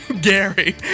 Gary